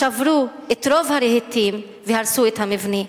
שברו את רוב הרהיטים והרסו את המבנה.